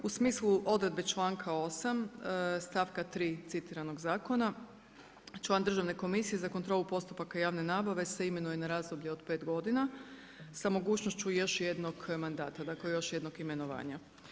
U smislu odredbe članka 8. stavka 3. citiranog zakona član Državne komisije za kontrolu postupaka javne nabave se imenuje na razdoblje od 5 godina sa mogućnošću još jednog mandata, dakle još jedno imenovanja.